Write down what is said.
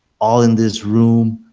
all in this room.